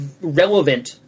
relevant